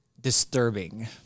disturbing